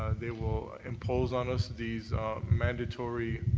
they will impose on us these mandatory